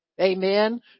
Amen